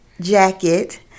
jacket